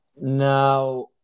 now